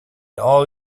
all